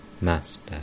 Master